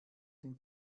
den